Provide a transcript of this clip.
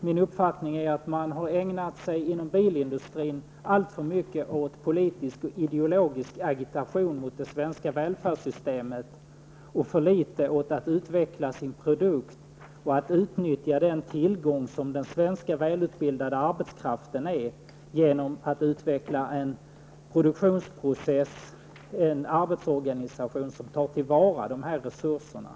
Herr talman! Jag tycker att det var ett ganska skamligt angrepp på de tiotusentals anställda på både Volvo och Saab-Scania, som gör ett utomordentligt arbete, att påstå att de huvudsakligen skulle ha arbetat med politisk agitation i stället för att försöka driva företagen till framgång. Det tycker jag är klart orimligt och onyanserat.